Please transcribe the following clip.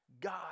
God